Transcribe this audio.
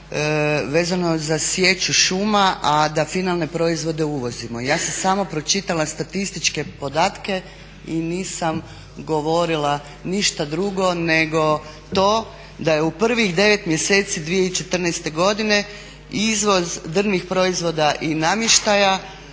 vezano za sječu šuma a da finalne proizvode uvozimo. I ja sam samo pročitala statističke podatke i nisam govorila ništa drugo nego to da je u prvih 9 mjeseci 2014. godine izvoz drvnih proizvoda i namještaja